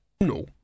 No